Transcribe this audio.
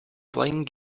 playing